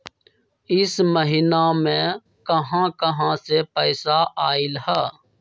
इह महिनमा मे कहा कहा से पैसा आईल ह?